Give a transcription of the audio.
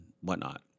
whatnot